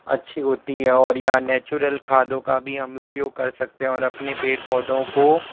अच्छी होती है और या नेचुरल खादों का भी हम उपयोग कर सकते हैं और अपने पेड़ पौधों को